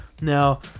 now